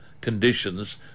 conditions